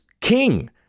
king